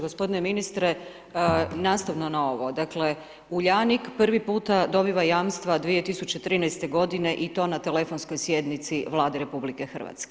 Gospodine ministre nastavno na ovo, dakle, Uljanik prvi puta dobiva jamstva 2013. godine i to na telefonskoj sjednici Vlade RH.